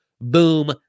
Boom